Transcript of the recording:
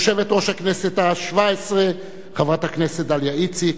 יושבת-ראש הכנסת השבע-עשרה חברת הכנסת דליה איציק,